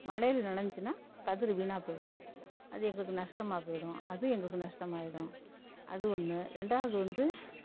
மழையில் நனஞ்சின்னா கதிர் வீணாக போயிடும் அது எங்களுக்கு நஷ்டமாக போயிடும் அதுவும் எங்களுக்கு நஷ்டமாயிடும் அது ஒன்று ரெண்டாவது வந்து